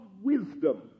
Wisdom